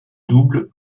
double